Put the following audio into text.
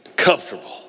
comfortable